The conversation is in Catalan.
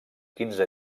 quinze